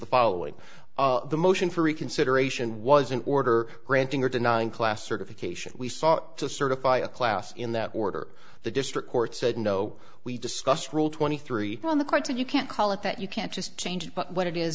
the following the motion for reconsideration was an order granting or denying class certification we sought to certify a class in that order the district court said no we discussed rule twenty three on the courts and you can't call it that you can't just change but what it is